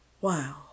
Wow